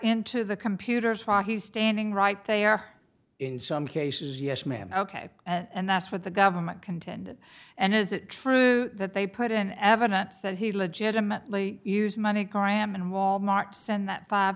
into the computers file he's standing right they are in some cases yes ma'am ok and that's what the government contended and is it true that they put in evidence that he legitimately use money coram and wal mart send that five